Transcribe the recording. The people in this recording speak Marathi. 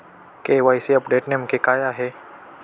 के.वाय.सी अपडेट नेमके काय आहे?